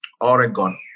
Oregon